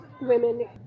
women